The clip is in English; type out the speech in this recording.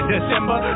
December